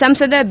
ಸಂಸದ ಬಿ